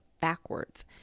backwards